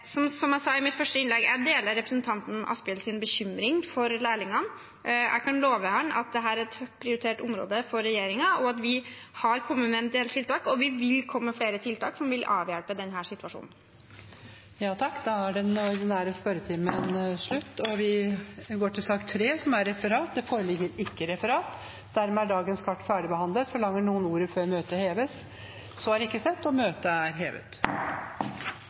Som jeg sa i mitt første innlegg, deler jeg representanten Asphjells bekymring for lærlingene. Jeg kan love ham at dette er et prioritert område for regjeringen. Vi har kommet med en del tiltak, og vi vil komme med flere tiltak som vil avhjelpe denne situasjonen. Da er den ordinære spørretimen slutt. Det foreligger ikke noe referat. Dermed er dagens kart ferdigbehandlet. Forlanger noen ordet før møtet heves? – Møtet er hevet.